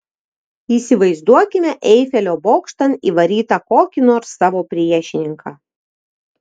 įsivaizduokime eifelio bokštan įvarytą kokį nors savo priešininką